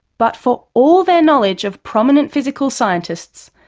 but for all their knowledge of prominent physical scientists,